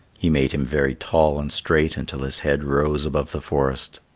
he made him very tall and straight until his head rose above the forest.